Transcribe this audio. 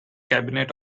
cabinet